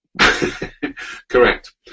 Correct